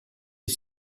est